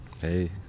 hey